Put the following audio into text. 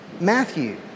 Matthew